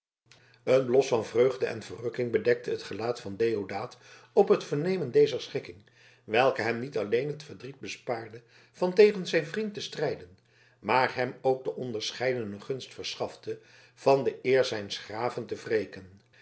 een blos van vreugde en verrukking bedekte het gelaat van deodaat op het vernemen dezer schikking welke hem niet alleen het verdriet bespaarde van tegen zijn vriend te strijden maar hem ook de onderscheidende gunst verschafte van de eer zijns graven te wreken